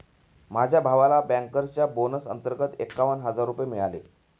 माझ्या भावाला बँकर्सच्या बोनस अंतर्गत एकावन्न हजार रुपये मिळाले